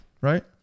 right